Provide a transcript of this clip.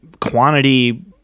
quantity